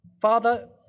Father